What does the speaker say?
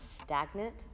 stagnant